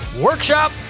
Workshop